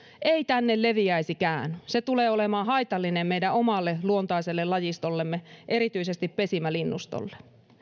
ei tänne leviäisikään se tulee olemaan haitallinen meidän omalle luontaiselle lajistollemme erityisesti pesimälinnustolle